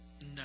No